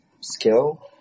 skill